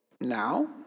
Now